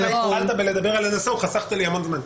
ואתה התחלת בלדבר על --- חסכת לי המון זמן.